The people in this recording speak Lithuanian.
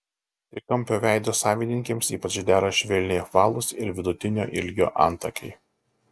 trikampio veido savininkėms ypač dera švelniai apvalūs ir vidutinio ilgio antakiai